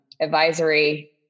advisory